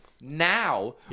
Now